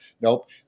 Nope